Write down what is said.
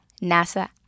NASA